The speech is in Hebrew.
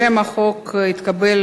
שם החוק התקבל